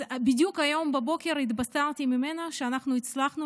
אז בדיוק היום בבוקר התבשרתי שאנחנו הצלחנו